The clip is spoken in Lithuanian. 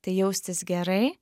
tai jaustis gerai